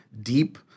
deep